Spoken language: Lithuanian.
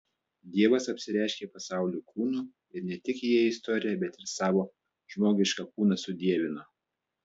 dievas apsireiškė pasauliui kūnu ir ne tik įėjo į istoriją bet ir savo žmogišką kūną sudievino